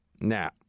now